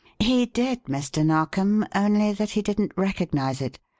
he did, mr. narkom, only that he didn't recognize it.